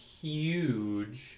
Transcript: huge